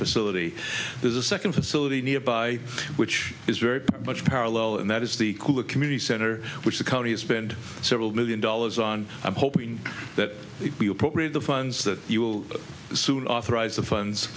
facility there's a second facility nearby which is very much parallel and that is the cooler community center which the county has spent several million dollars on i'm hoping that it be appropriate the funds that you will soon authorize the funds